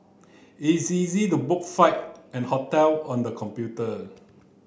it's easy to book flight and hotel on the computer